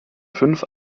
fünf